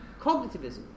Cognitivism